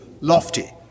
lofty